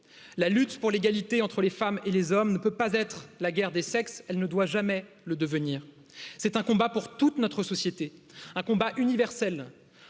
la lutte pour l'égalité entre les femmes et les hommes ne peut pas être la guerre des sexes elle ne doit jamais le devenir c'est un combat pour toute notre société un combat universel